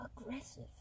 Aggressive